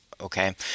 Okay